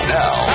now